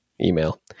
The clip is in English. email